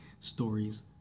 stories